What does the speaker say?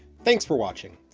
thanks for watching!